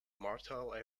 myrtle